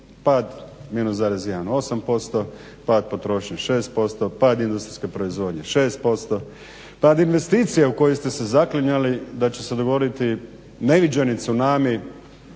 pad minus 1,8%, pad potrošnje 6%, pad industrijske proizvodnje 6%, pad investicija u koje ste se zaklinjali da će se dogoditi neviđeni zunami